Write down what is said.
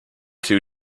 two